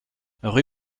rue